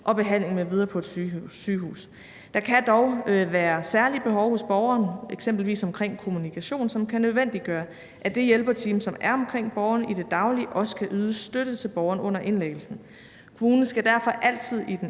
og behandling m.v. på et sygehus. Der kan dog være særlige behov hos borgeren, eksempelvis omkring kommunikation, som kan nødvendiggøre, at det hjælperteam, som er omkring borgeren i det daglige, også kan yde støtte til borgeren under indlæggelse. Kommunen skal derfor altid i